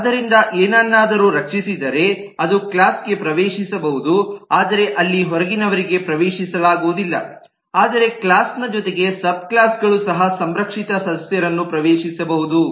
ಆದ್ದರಿಂದ ಏನನ್ನಾದರೂ ರಕ್ಷಿಸಿದರೆ ಅದು ಕ್ಲಾಸ್ ಗೆ ಪ್ರವೇಶಿಸಬಹುದು ಆದರೆ ಅಲ್ಲಿ ಹೊರಗಿನವರಿಗೆ ಪ್ರವೇಶಿಸಲಾಗುವುದಿಲ್ಲ ಆದರೆ ಕ್ಲಾಸ್ ನ ಜೊತೆಗೆ ಸಬ್ಕ್ಲಾಸ್ ಗಳು ಸಹ ಸಂರಕ್ಷಿತ ಸದಸ್ಯರನ್ನು ಪ್ರವೇಶಿಸಬಹುದು